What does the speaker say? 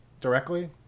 directly